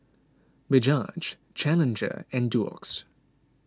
Bajaj Challenger and Doux